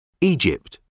Egypt